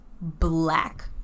black